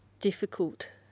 difficult